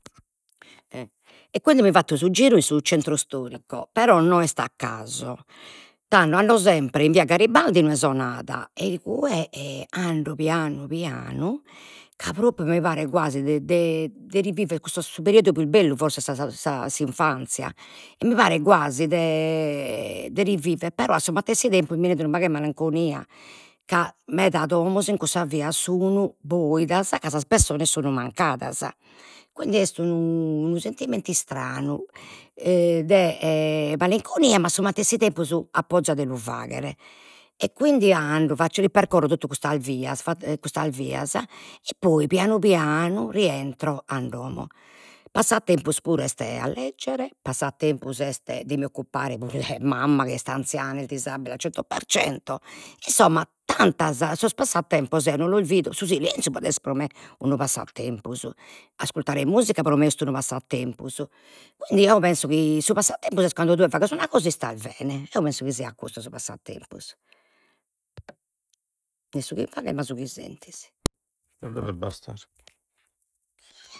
E quindi mi fatto su giru in su centro storico, però no est a caso, tando ando sempre in via Garibaldi inue so nada e igue ando pianu pianu ca propriu mi paret guasi de de de rivivere cussu su periodo pius bellu forsis sa s'infanzia, e mi paret guasi de rivivere però a su matessi tempus mi enit unu pagu de malinconia, ca meda domos in cussa via sun boidas ca sas pessones sun mancadas, quindi est unu sentimentu istranu de malinconia ma a su matessi tempus apo 'oza de lu faghere, e quindi ando, ripercorro totu custas vias custas vias e poi pianu pianu rientro a domo. Passatempus puru est a leggere, passatempus puru est de mi occupare puru 'e mamma ch'est anziana, est disabile al cento per cento, insomma tantas, sos passatempos eo non los vido, su silenziu podet esser pro me unu passatempus, ascurtare musica pro me est unu passatempus, quindi eo penso chi su passatempus est cando tue faghes una cosa e istas bene, eo penso chi siat custu su passatempus no su chi faghes ma su chi sentis